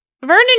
Vernon